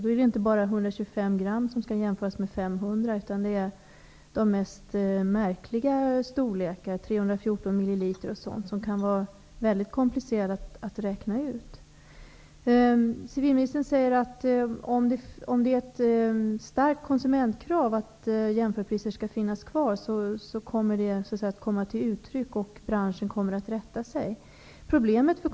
Då är det inte bara 125 gram som skall jämföras med 500 gram, utan det är de mest märkliga storlekar, exempelvis 314 ml, och det kan vara mycket komplicerat att räkna ut. Civilministern säger att om konsumentkravet på att jämförpriser skall finnas kvar är starkt, kommer det att komma till uttryck, och att man i branschen kommer att rätta sig därefter.